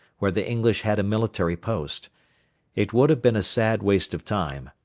where the english had a military post it would have been a sad waste of time,